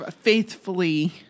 Faithfully